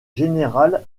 général